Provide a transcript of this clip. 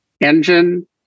engine